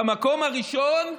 במקום הראשון כסף,